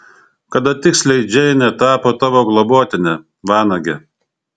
kada tiksliai džeinė tapo tavo globotine vanage